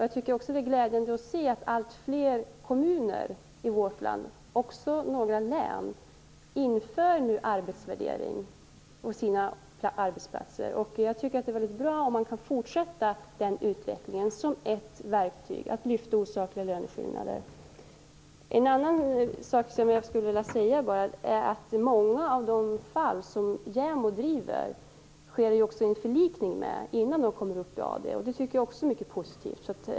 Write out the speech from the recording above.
Jag tycker det är glädjande att se att alltfler kommuner i vårt land och även några län nu inför arbetsvärdering på sina arbetsplatser. Jag tycker att det är väldigt bra om denna utveckling kan fortsätta som ett verktyg för att lyfta bort osakliga löneskillnader. I många av de fall som JämO driver sker ju också förlikning innan fallen kommer upp i AD, och det tycker jag är mycket positivt.